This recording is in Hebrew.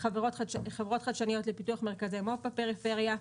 חברות חדשניות לפיתוח מרכזי מו"פ בפריפריה,